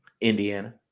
indiana